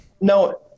No